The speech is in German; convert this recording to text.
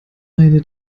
eine